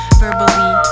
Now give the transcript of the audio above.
verbally